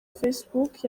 facebook